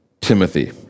Timothy